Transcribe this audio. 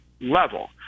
level